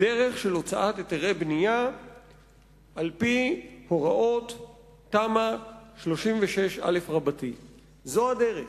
בדרך של הוצאת היתרי בנייה על-פי הוראות תמ"א 36א. זו הדרך.